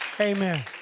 Amen